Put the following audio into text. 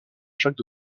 jacques